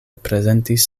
prezentis